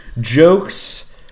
jokes